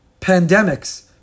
pandemics